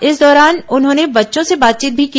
इस दौरान उन्होंने बच्चों से बातचीत भी की